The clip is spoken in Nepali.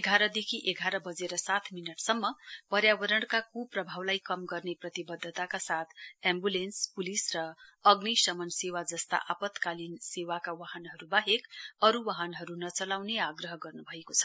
एघार बजेदेखि एघार बजेर सात मिनटसम्म त्यस दिन पर्यावरणका क्प्रभावलाई कम गर्ने प्रतिबदधतका साथ एम्ब्रेलेन्स पूलिस अनि अग्निसमन सेवा जस्ता आपतकालीन सेवाका बाहेक अरू वाहनहरू नचलाउने आग्रह गर्न् भएको छ